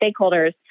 stakeholders